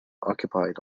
occupied